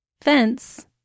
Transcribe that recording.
fence